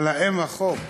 אבל האם החוק